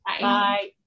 Bye